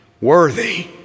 worthy